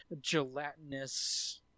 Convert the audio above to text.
gelatinous